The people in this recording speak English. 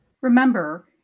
Remember